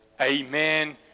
amen